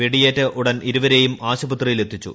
വെടിയേറ്റ ഉടൻ ഇരുവരെയും ആശുപത്രിയിൽ എത്തിച്ചു